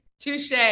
touche